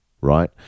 right